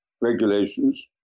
regulations